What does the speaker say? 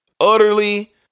utterly